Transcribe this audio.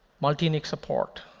multi-nic support.